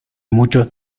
mucho